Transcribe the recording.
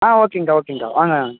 ஆ ஓகேங்கக்கா ஓகேங்கக்கா வாங்க